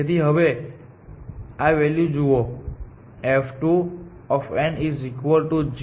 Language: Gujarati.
તેથી હવે તમે આ વેલ્યુ જુઓ f2g2h2